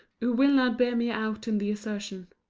who will not bear me out in the assertion.